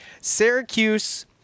Syracuse